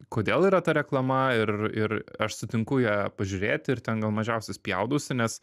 kodėl yra ta reklama ir ir aš sutinku ją pažiūrėti ir ten gal mažiausiai spjaudausi nes